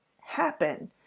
happen